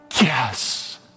yes